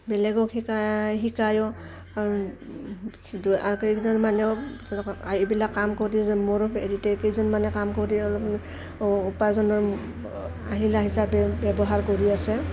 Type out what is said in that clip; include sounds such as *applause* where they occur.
বেলেগক শিকাই শিকায়ো *unintelligible* কেইকজনমানেও এইবিলাক কাম কৰি মোৰ হেৰিতে কেইজনমানে কাম কৰি অলপ উপাৰ্জনৰ আহিলা হিচাপে ব্যৱহাৰ কৰি আছে